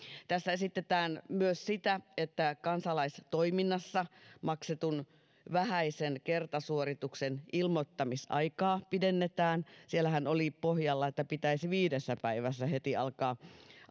tässä esitetään myös sitä että kansalaistoiminnassa maksetun vähäisen kertasuorituksen ilmoittamisaikaa pidennetään siellähän oli pohjalla että pitäisi viidessä päivässä heti alkaa